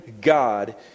God